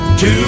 Two